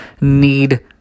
need